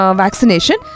vaccination